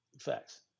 Facts